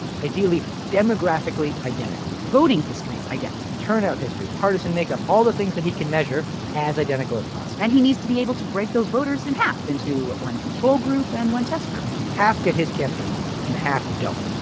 ideally, demographically identical voting histories identical turnout history, partisan makeup all the things that he can measure as identical as possible and he needs to be able to break those voters in half, into one control group and one test group half get his campaign and half don't.